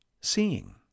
seeing